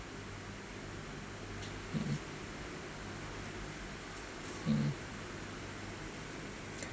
um hmm